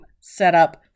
setup